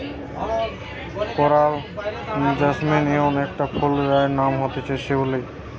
coral jasmine ইমন একটা ফুল যার নাম হতিছে শিউলি